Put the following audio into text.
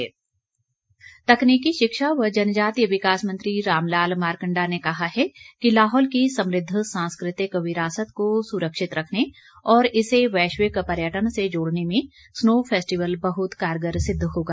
मारकंडा तकनीकी शिक्षा व जनजातीय विकास मंत्री रामलाल मारकंडा ने कहा है कि लाहौल की समृद्ध सांस्कृतिक विरासत को सुरक्षित रखने और इसे वैश्विक पर्यटन से जोडने में स्नो फेस्टियल बहत कारगर सिद्ध होगा